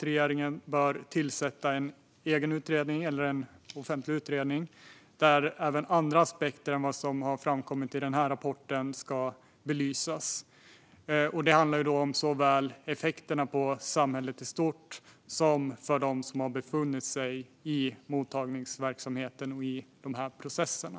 Regeringen bör tillsätta en offentlig utredning där även andra aspekter än de som har framkommit i den här rapporten ska belysas. Det handlar om effekterna på såväl samhället i stort som dem som har befunnit sig i mottagningsverksamheten och de processerna.